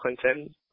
Clinton